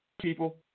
people